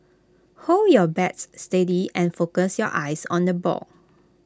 hold your bat steady and focus your eyes on the ball